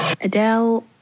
Adele